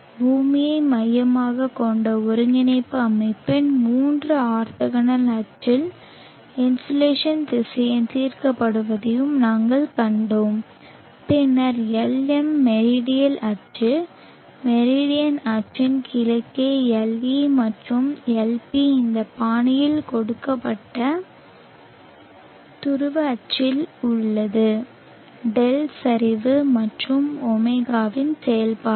பூமியை மையமாகக் கொண்ட ஒருங்கிணைப்பு அமைப்பின் மூன்று ஆர்த்தோகனல் அச்சில் இன்சோலேஷன் திசையன் தீர்க்கப்படுவதையும் நாங்கள் கண்டோம் பின்னர் Lm மெரிடியல் அச்சில் மெரிடியன் அச்சின் கிழக்கே Le மற்றும் Lp இந்த பாணியில் கொடுக்கப்பட்ட துருவ அச்சில் உள்ளது δ சரிவு மற்றும் ω இன் செயல்பாடு